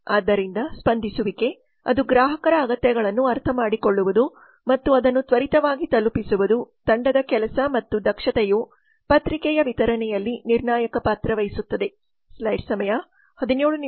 ಆದ್ದರಿಂದ ಸ್ಪಂದಿಸುವಿಕೆ ಅದು ಗ್ರಾಹಕರ ಅಗತ್ಯಗಳನ್ನು ಅರ್ಥಮಾಡಿಕೊಳ್ಳುವುದು ಮತ್ತು ಅದನ್ನು ತ್ವರಿತವಾಗಿ ತಲುಪಿಸುವುದು ತಂಡದ ಕೆಲಸ ಮತ್ತು ದಕ್ಷತೆಯು ಪತ್ರಿಕೆಯ ವಿತರಣೆಯಲ್ಲಿ ನಿರ್ಣಾಯಕ ಪಾತ್ರ ವಹಿಸುತ್ತದೆ